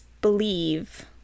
believe